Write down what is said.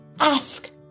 ask